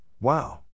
wow